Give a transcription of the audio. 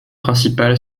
principal